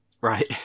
Right